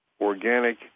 organic